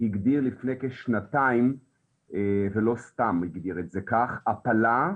הגדיר לפני כשנתיים ולא סתם הגדיר את זה כך הפלה,